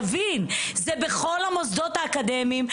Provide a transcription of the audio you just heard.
תבין, זה בכל המוסדות האקדמיים.